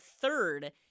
third